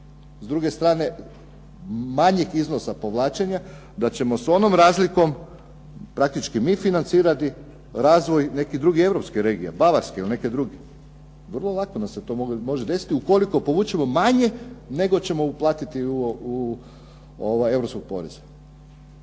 s druge strane manjeg iznosa povlačenja, da ćemo s onom razlikom praktički mi financirati razvoj nekih drugih europskih regija, Bavarske ili neke druge. Vrlo lako nam se to može desiti, ukoliko povučemo manje nego ćemo platiti Europskog poreza.